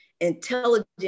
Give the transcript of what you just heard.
intelligence